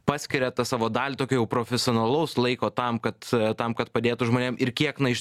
paskiria tą savo dalį tokio jau profesionalaus laiko tam kad tam kad padėtų žmonėm ir kiek na iš